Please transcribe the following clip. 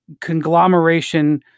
conglomeration